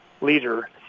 leader